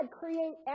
create